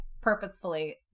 purposefully